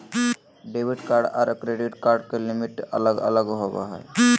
debit card आर credit card के limit अलग अलग होवो हय